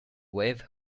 wave